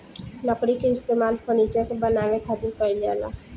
लकड़ी के इस्तेमाल फर्नीचर के बानवे खातिर कईल जाला